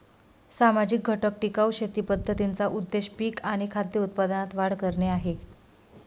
सामाजिक घटक टिकाऊ शेती पद्धतींचा उद्देश पिक आणि खाद्य उत्पादनात वाढ करणे आहे